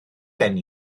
gen